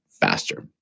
faster